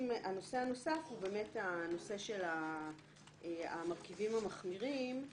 הנושא הנוסף הוא הנושא של המרכיבים המחמירים.